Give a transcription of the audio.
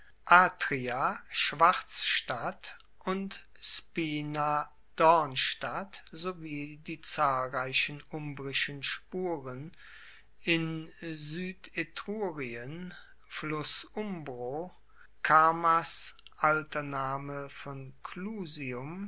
atria schwarzstadt und spina dornstadt sowie die zahlreichen umbrischen spuren in suedetrurien fluss umbro camars alter name von clusium